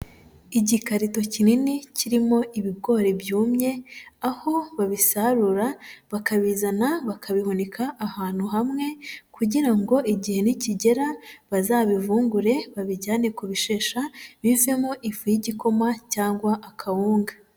Igikarito kinini kirimo ibigori byumye, aho babisarura bakabizana bakabihunika ahantu hamwe kugira ngo igihe nikigera bazabivungure babijyane ku bishesha bivemo ifu y'igikoma cyangwa akawunga.